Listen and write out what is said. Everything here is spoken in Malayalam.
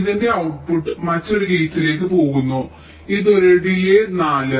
ഇതിന്റെ putട്ട്പുട്ട് മറ്റൊരു ഗേറ്റിലേക്ക് പോകുന്നു ഇത് ഒരു ഡിലേയ് 4